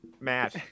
Matt